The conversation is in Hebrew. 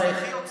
אזרחי או צבאי.